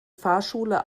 fahrschule